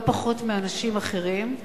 לא פחות מאנשים אחרים,